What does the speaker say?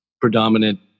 predominant